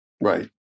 Right